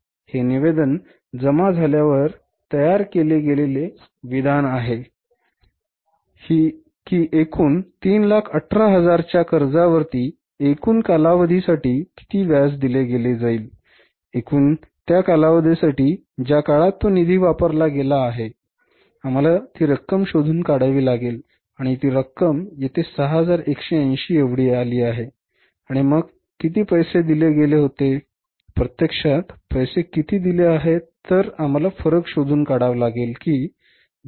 हे निवेदन जमा झाल्यावर तयार केले गेलेले विधान आहे बाकी व्याज म्हणून दर्शविले जाईल